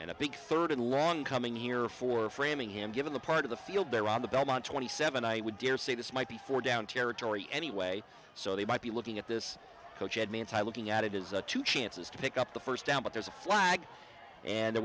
in a big third and long coming here for framingham given the part of the field there on the belmont twenty seven i would dare say this might be four down territory anyway so they might be looking at this coach ed mantei looking at it is a two chances to pick up the first down but there's a flag and there